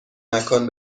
مکان